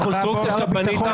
ומה עם מעצרים מנהליים?